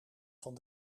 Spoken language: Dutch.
van